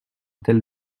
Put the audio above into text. tel